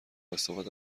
استفاده